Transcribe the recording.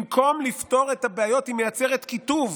במקום לפתור את הבעיות, היא מייצרת קיטוב.